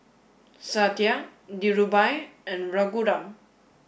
Satya Dhirubhai and Raghuram